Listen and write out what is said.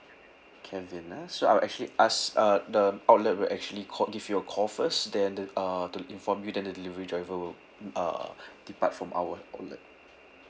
kevin ah so I will actually ask uh the outlet will actually call give you a call first then the uh to inform you then the delivery driver will uh depart from our outlet